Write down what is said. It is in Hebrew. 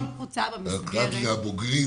קראת לזה 'הבוגרים',